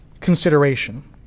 consideration